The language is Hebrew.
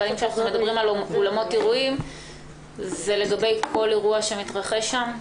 והאם כאשר אנחנו מדברים על אולמות אירועים זה לגבי כל אירוע שמתרחש שם?